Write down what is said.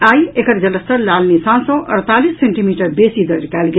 आई एकर जलस्तर लाल निशान सँ अड़तालीस सेंटीमीटर बेसी दर्ज कयल गेल